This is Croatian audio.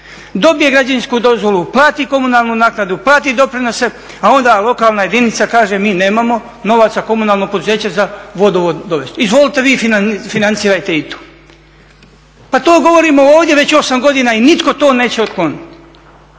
Dobije građevinsku dozvolu, plati komunalnu naknadu, plati doprinose, a onda lokalna jedinica kaže mi nemamo novaca, komunalno poduzeće za vodovod dovesti, izvolite vi financirajte i to. Pa to govorimo ovdje već 8 godina i nitko to neće otkloniti.